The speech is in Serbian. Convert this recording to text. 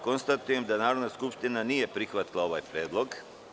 Konstatujem da Narodna skupština nije prihvatila ovaj predlog.